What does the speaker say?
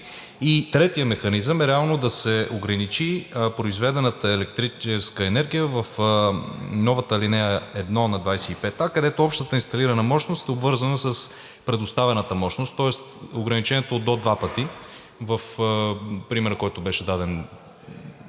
Третият механизъм е реално да се ограничи произведената електрическа енергия в новата ал. 1 на чл. 25а, където общата инсталирана мощност е обвързана с предоставената мощност. Тоест ограничението до два пъти в примера, който беше даден малко